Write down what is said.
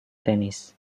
tenis